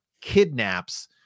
kidnaps